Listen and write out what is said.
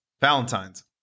Valentine's